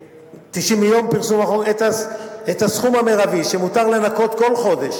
מיום פרסום החוק יקבע את הסכום המרבי שמותר לנכות כל חודש